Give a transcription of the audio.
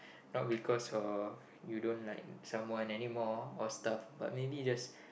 not because of you don't like someone anymore or stuff but maybe just